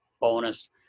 bonus